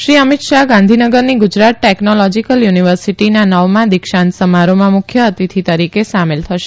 શ્રી અમિત શાહ ગાંધીનગરની Gujarat technological યુનીવર્સીટીના નવમાં દીક્ષાંત સમારોહમાં મુખ્ય અતિથિ તરીકે સામેલ થશે